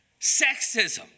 sexism